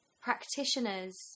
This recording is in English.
practitioners